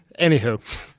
Anywho